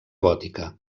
gòtica